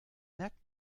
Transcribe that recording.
merkt